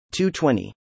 220